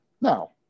now